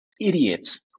idiots